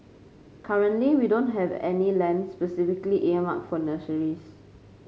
currently we don't have any land specifically earmarked for nurseries